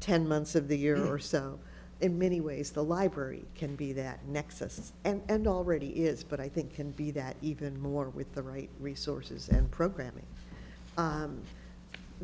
ten months of the year or so in many ways the library can be that nexus and already is but i think can be that even more with the right resources and programming